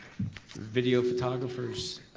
video photographers.